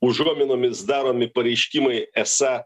užuominomis daromi pareiškimai esą